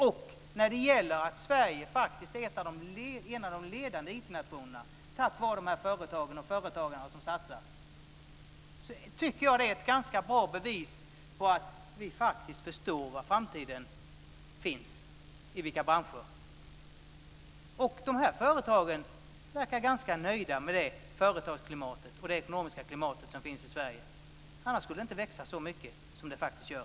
När det sedan gäller att Sverige faktiskt är en av de ledande IT-nationerna tack vare dessa företag och företagare som satsar tycker jag att detta är ett ganska bra bevis på att vi faktiskt förstår i vilka branscher framtiden finns. De här företagen verkar också ganska nöjda med det företagsklimat och ekonomiska klimat som finns i Sverige; annars skulle de inte växa så mycket som de faktiskt gör.